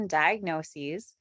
diagnoses